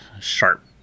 sharp